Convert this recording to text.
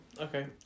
Okay